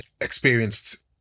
experienced